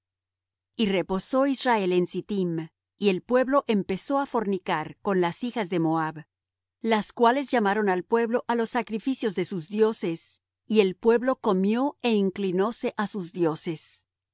y reposo israel en sittim y el pueblo empezó á fornicar con las hijas de moab las cuales llamaron al pueblo á los sacrificios de sus dioses y el pueblo comió é inclinóse á sus dioses y